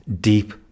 deep